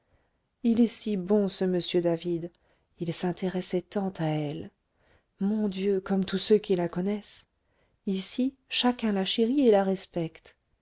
il est si bon ce m david il s'intéressait tant à elle mon dieu comme tous ceux qui la connaissent ici chacun la chérit et la respecte